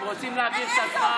הם רוצים להעביר את הזמן.